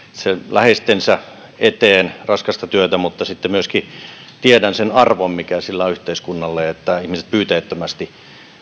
läheistensä eteen raskasta työtä mutta myöskin tiedän sen arvon mikä sillä on yhteiskunnalle että ihmiset pyyteettömästi